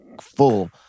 full